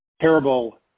terrible –